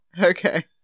Okay